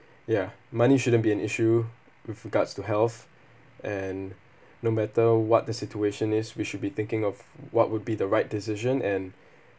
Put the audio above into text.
ya money shouldn't be an issue with regards to health and no matter what the situation is we should be thinking of what would be the right decision and